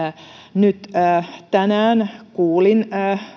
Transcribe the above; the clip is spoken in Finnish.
tänään kuulin